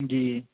जी